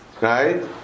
right